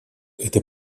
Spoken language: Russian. это